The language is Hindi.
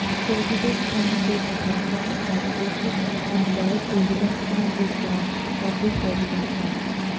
प्रोविडेंट फंड दो प्रकार का होता है एक एंप्लॉय प्रोविडेंट फंड दूसरा पब्लिक प्रोविडेंट फंड